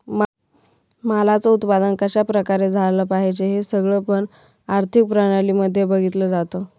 मालाच उत्पादन कशा प्रकारे झालं पाहिजे हे सगळं पण आर्थिक प्रणाली मध्ये बघितलं जातं